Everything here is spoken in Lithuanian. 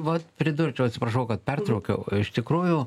vat pridurčiau atsiprašau kad pertraukiau iš tikrųjų